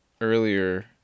earlier